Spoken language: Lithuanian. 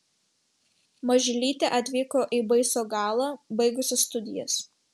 mažylytė atvyko į baisogalą baigusi studijas